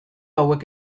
hauek